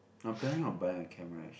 I'm planning on buy a camera actually